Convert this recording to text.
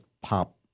pop